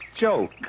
joke